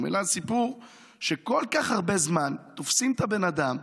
אלא הסיפור שכל כך הרבה זמן תופסים את הבן אדם.